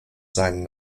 seinen